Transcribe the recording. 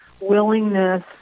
willingness